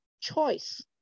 choice